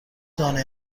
دانه